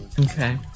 Okay